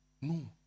no